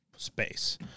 Space